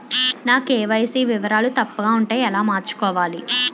నా కే.వై.సీ వివరాలు తప్పుగా ఉంటే ఎలా మార్చుకోవాలి?